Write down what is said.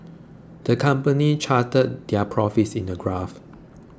the company charted their profits in a graph